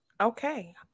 okay